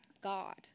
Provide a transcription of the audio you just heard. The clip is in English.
God